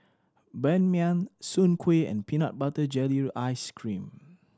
Ban Mian Soon Kueh and peanut butter jelly ice cream